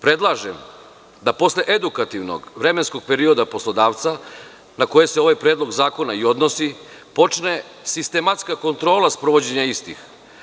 Predlažem da posle edukativnog vremenskog perioda poslodavca na koje se ovaj predlog zakona i odnosi, počne sistematska kontrola sprovođenja istih.